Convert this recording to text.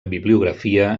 bibliografia